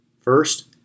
First